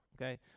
okay